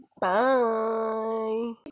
bye